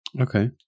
Okay